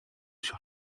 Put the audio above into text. sur